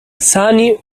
sani